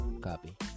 Copy